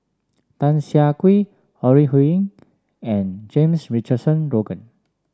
Tan Siah Kwee Ore Huiying and James Richardson Logan